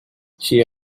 she